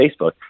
Facebook